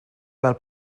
fel